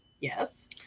Yes